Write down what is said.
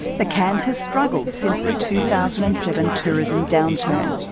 but cairns has struggled since the two thousand and seven tourism downturn.